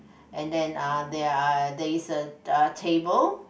and then uh there are there is a table